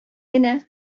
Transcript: генә